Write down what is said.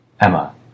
Emma